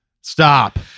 Stop